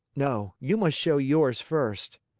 no. you must show yours first.